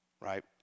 right